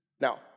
Now